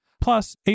Plus